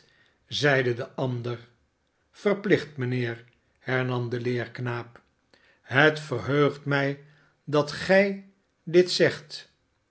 zeide de ander verplicht mijnheer hernam de leerknaap het barnaby rudge verheugt mij dat gij dit zegt